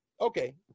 Okay